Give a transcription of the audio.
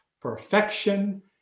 perfection